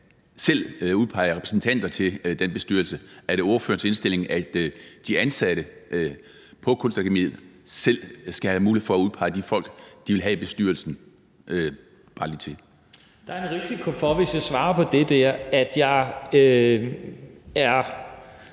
skal udpege repræsentanter til den bestyrelse? Og er det ordførerens indstilling, at de ansatte på Kunstakademiet skal have mulighed for at udpege de folk, de vil have i bestyrelsen? Kl. 19:39 Tredje næstformand (Rasmus Helveg